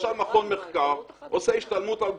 למשל מכון מחקר עושה השתלמות על גבולות,